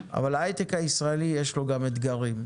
אבל, ההיי-טק הישראלי יש לו גם אתגרים,